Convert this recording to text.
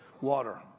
water